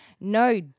no